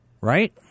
Right